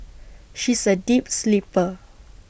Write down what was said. she is A deep sleeper